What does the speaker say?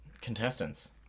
Contestants